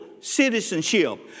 citizenship